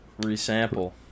Resample